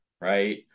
right